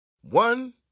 One